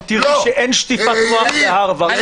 -- ותראי שאין שטיפת מוח בהרווארד.